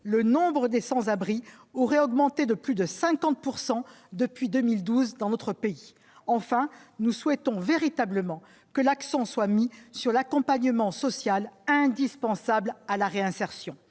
le nombre des sans-abri aurait augmenté de plus de 50 pourcent depuis 2012 dans notre pays, enfin, nous souhaitons véritablement que l'accent soit mis sur l'accompagnement social indispensable à la réinsertion,